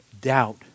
doubt